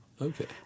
Okay